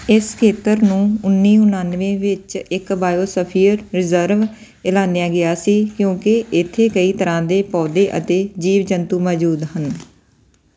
ਇਸ ਖੇਤਰ ਨੂੰ ਉੱਨੀ ਉਣਾਨਵੇਂ ਵਿੱਚ ਇੱਕ ਬਾਇਓਸਫੀਅਰ ਰਿਜ਼ਰਵ ਐਲਾਨਿਆ ਗਿਆ ਸੀ ਕਿਉਂਕਿ ਇੱਥੇ ਕਈ ਤਰ੍ਹਾਂ ਦੇ ਪੌਦੇ ਅਤੇ ਜੀਵ ਜੰਤੂ ਮੌਜੂਦ ਹਨ